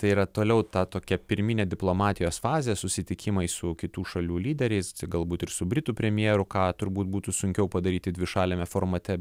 tai yra toliau ta tokia pirminė diplomatijos fazė susitikimai su kitų šalių lyderiais galbūt ir su britų premjeru ką turbūt būtų sunkiau padaryti dvišaliame formate